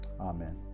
Amen